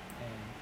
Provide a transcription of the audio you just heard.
and